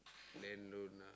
lend loan ah